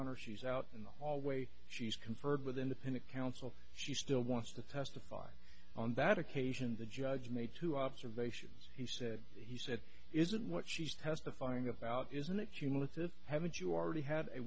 honor she's out in the hallway she's conferred with independent counsel she still wants to testify on that occasion the judge made two observations he said he said isn't what she's testifying about isn't it cumulative haven't you already had a